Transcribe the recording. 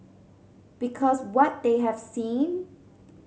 because what they have seen